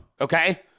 okay